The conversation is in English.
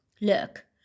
Look